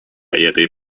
этой